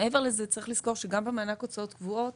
מעבר לזה צריך לזכור שגם במענק הוצאות קבועות